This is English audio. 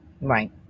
Right